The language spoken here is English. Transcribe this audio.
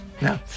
No